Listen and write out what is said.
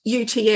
UTS